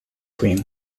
cream